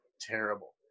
terrible